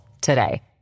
today